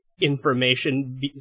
information